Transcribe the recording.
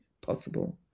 possible